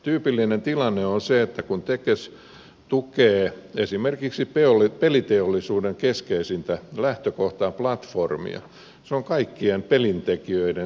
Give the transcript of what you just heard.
tyypillinen tilanne on se että kun tekes tukee esimerkiksi peliteollisuuden keskeisintä lähtökohtaa platformia se on kaikkien pelintekijöiden saatavilla